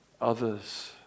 others